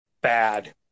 bad